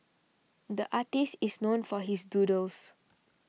the artist is known for his doodles